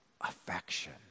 affection